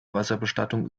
wasserbestattung